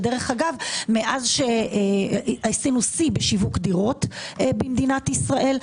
אגב עשינו שיא בשיווק דירות במדינת ישראל.